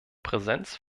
präsenz